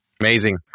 Amazing